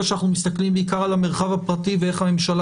שאנחנו מסתכלים בעיקר על המרחב הפרטי ואיך הממשלה